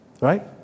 Right